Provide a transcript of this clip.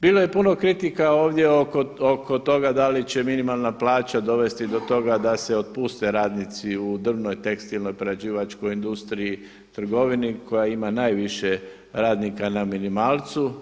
Bilo je puno kritika ovdje oko toga da li će minimalna plaća dovesti do toga da se otpuste radnici u drvnoj, tekstilnoj, prerađivačkoj industriji, trgovini koja ima najviše radnika na minimalcu.